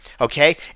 okay